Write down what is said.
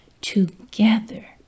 Together